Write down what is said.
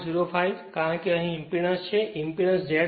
05 Ω કારણ કે અહીં ઇંપેડન્સ છે ઇંપેડન્સ Z છે